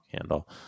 handle